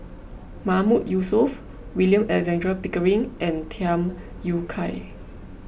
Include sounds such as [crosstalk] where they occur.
[noise] Mahmood Yusof William Alexander Pickering and Tham Yui Kai